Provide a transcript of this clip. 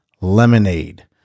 lemonade